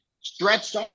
stretched